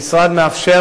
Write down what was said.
המשרד מאפשר,